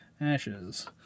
Ashes